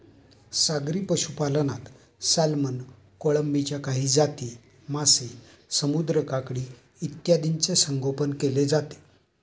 सागरी पशुपालनात सॅल्मन, कोळंबीच्या काही जाती, मासे, समुद्री काकडी इत्यादींचे संगोपन केले जाते